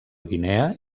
guinea